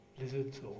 lizards